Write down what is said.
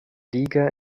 liga